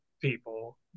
people